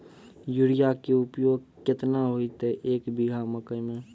Urea के उपयोग केतना होइतै, एक बीघा मकई मे?